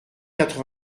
quatre